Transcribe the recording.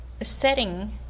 setting